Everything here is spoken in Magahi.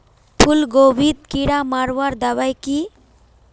फूलगोभीत कीड़ा मारवार दबाई की?